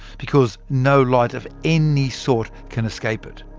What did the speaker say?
because no light of any sort can escape it.